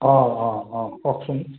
অ' অ' অ' কওকচোন